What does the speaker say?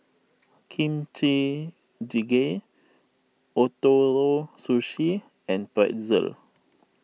Kimchi Jjigae Ootoro Sushi and Pretzel